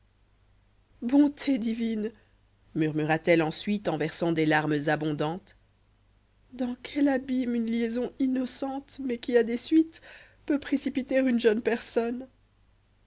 bonté divine murmura-t-elle ensuite en versant des larmes abondantes dans quel abîme une liaison innocence mais qui a des suites peut précipiter une jeune personne